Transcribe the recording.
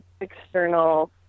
external